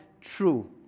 true